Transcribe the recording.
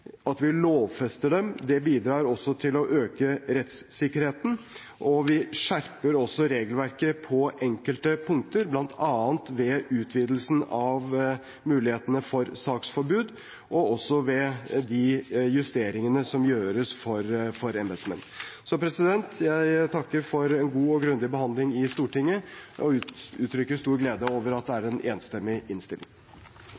At vi lovfester dette, bidrar også til å øke rettssikkerheten. Vi skjerper også regelverket på enkelte punkter, bl.a. ved utvidelsen av mulighetene for saksforbud og ved de justeringene som gjøres for embetsmenn. Jeg takker for en god og grundig behandling i Stortinget og uttrykker stor glede over at det er en enstemmig innstilling.